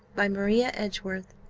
by maria edgeworth.